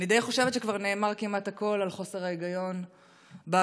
אני חושבת שכבר נאמר כמעט הכול על חוסר ההיגיון בהגבלות